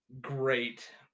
great